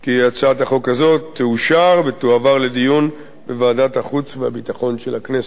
כי הצעת החוק הזאת תאושר ותועבר לדיון בוועדת החוץ והביטחון של הכנסת.